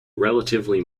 relatively